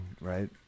right